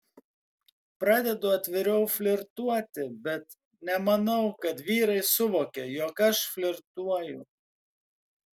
pradedu atviriau flirtuoti bet nemanau kad vyrai suvokia jog aš flirtuoju